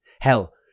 Hell